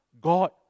God